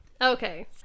Okay